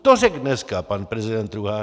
To řekl dneska pan prezident Rúhání!